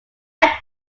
are